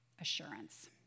assurance